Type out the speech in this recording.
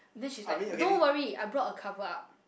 then she's like don't worry I brought a cover up